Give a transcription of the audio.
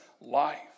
life